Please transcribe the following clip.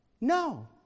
No